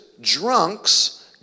drunks